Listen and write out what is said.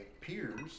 peers